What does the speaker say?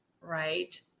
right